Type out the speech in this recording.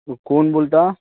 कोण बोलताय